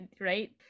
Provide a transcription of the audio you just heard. right